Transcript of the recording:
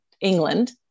England